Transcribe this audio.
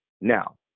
Now